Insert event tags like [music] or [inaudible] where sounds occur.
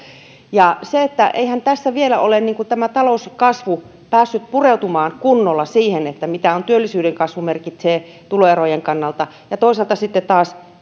eihän tässä vielä ole tämä talouskasvu päässyt pureutumaan kunnolla siihen mitä työllisyyden kasvu merkitsee tuloerojen kannalta toisaalta sitten taas [unintelligible]